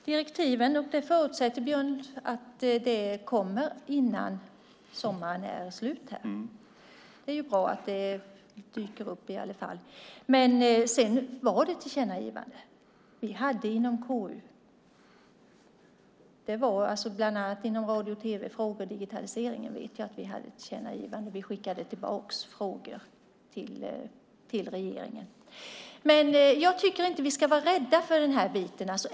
Herr talman! Björn Leivik förutsätter att direktiven kommer innan sommaren är slut. Det är ju bra att de i varje fall dyker upp. Sedan var det ett tillkännagivande vi hade inom KU. Inom radio och tv-frågor och digitaliseringen vet jag att vi hade ett tillkännagivande. Vi skickade tillbaka frågor till regeringen. Jag tycker inte att vi ska vara rädda för den här biten.